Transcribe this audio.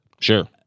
Sure